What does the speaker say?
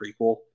prequel